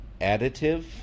additive